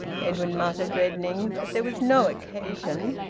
edwin muttered, reddening. but there was no occasion.